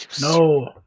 No